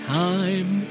time